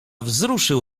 wzruszył